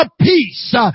peace